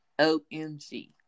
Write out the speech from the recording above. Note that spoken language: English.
OMG